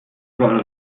überall